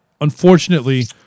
Unfortunately